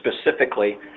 specifically